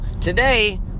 Today